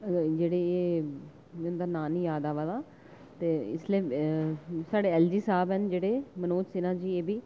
जेह्ड़े जिं'दा नां नी याद आवा दा ते इसलै साढ़े एल जी साहब हैन जेह्ड़े मनोज सिन्हा जी एह्बी